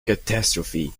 catastrophe